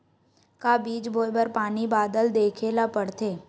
का बीज बोय बर पानी बादल देखेला पड़थे?